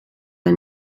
hij